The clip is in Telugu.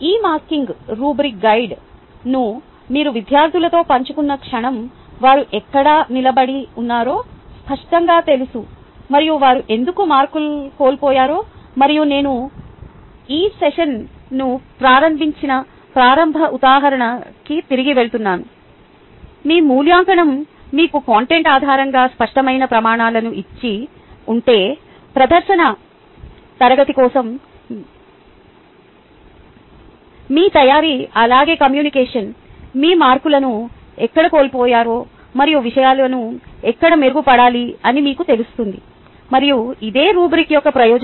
ఈ మార్కింగ్ రుబ్రిక్ గైడ్ను మీరు విద్యార్థులతో పంచుకున్న క్షణం వారు ఎక్కడ నిలబడి ఉన్నారో స్పష్టంగా తెలుసు మరియు వారు ఎందుకు మార్కులు కోల్పోయారు మరియు నేను ఈ సెషన్ను ప్రారంభించిన ప్రారంభ ఉదాహరణకి తిరిగి వెళుతున్నాను మీ మూల్యాంకనం మీకు కంటెంట్ ఆధారంగా స్పష్టమైన ప్రమాణాలను ఇచ్చి ఉంటే ప్రదర్శన తరగతి కోసం మీ తయారీ అలాగే కమ్యూనికేషన్ మీరు మీ మార్కులను ఎక్కడ కోల్పోయారో మరియు విషయాలు ఎక్కడ మెరుగుపడాలి అని మీకు తెలుస్తుంది మరియు ఇదే రుబ్రిక్ యొక్క ప్రయోజనం